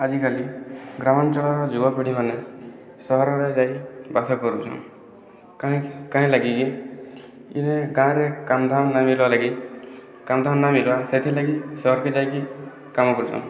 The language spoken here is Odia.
ଆଜିକାଲି ଗ୍ରାମାଞ୍ଚଳର ଯୁବପିଢ଼ିମାନେ ସହରରେ ଯାଇ ବାସ କରୁଛନ୍ କାଏଁ କାଏଁଲାଗିକି ଇନେ ଗାଁରେ କାମ୍ଧାମ୍ ନାଇଁ ମିଲ୍ବାଲାଗି କାମ୍ଧାମ୍ ନାଇଁ ମିଲ୍ବା ସେଥିର୍ଲାଗି ସହର୍କେ ଯାଇକି କାମ କରୁଛନ୍